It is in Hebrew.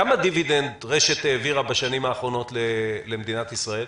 כמה דיווידנד רש"ת העבירה בשנים האחרונות למדינת ישראל?